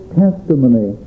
testimony